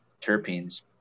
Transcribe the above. terpenes